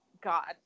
God